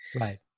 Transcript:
right